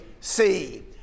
see